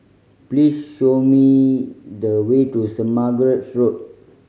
please show me the way to Saint Margaret's Road